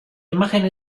imagen